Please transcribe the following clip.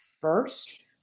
first